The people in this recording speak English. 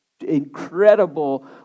incredible